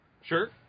Sure